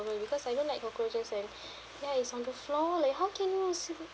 because I don't like cockroaches and ya it's on the floor like how can you sleep